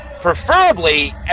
preferably